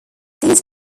these